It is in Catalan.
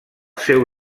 seu